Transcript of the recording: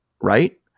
Right